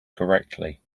correctly